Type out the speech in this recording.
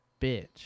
bitch